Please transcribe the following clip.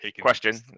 Question